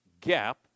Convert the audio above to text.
gap